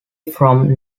from